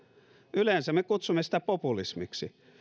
yleensä me kutsumme sitä populismiksi